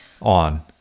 on